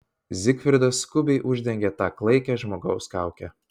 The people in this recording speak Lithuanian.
zigfridas skubiai uždengė tą klaikią žmogaus kaukę